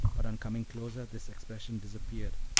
but on coming closer this expression disappeared,